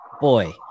Boy